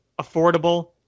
affordable